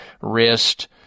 wrist